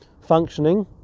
functioning